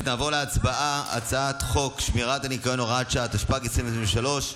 אין שום בעיה.